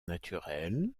naturelle